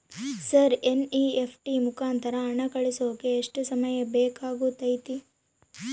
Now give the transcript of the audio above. Sir NEFT ಮುಖಾಂತರ ಹಣ ಕಳಿಸೋಕೆ ಎಷ್ಟು ಸಮಯ ಬೇಕಾಗುತೈತಿ?